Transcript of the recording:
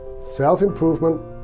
self-improvement